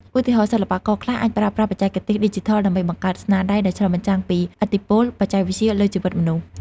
ឧទាហរណ៍ សិល្បករខ្លះអាចប្រើប្រាស់បច្ចេកទេសឌីជីថលដើម្បីបង្កើតស្នាដៃដែលឆ្លុះបញ្ចាំងពីឥទ្ធិពលបច្ចេកវិទ្យាលើជីវិតមនុស្ស។